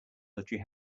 military